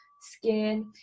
skin